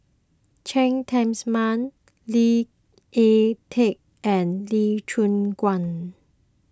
Cheng Tsang Man Lee Ek Tieng and Lee Choon Guan